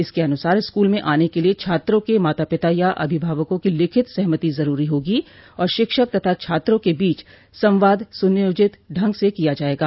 इसके अनुसार स्कूल में आने के लिए छात्रों के माता पिता या अभिभावकों की लिखित सहमति जरूरी होगी और शिक्षक तथा छात्रों के बीच संवाद सुनियोजित ढंग से किया जायेगा